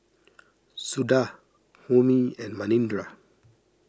Suda Homi and Manindra